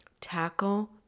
tackle